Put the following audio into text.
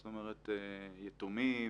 זאת אומרת, יתומים,